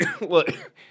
look